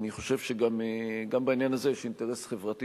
אני חושב שגם בעניין הזה יש אינטרס חברתי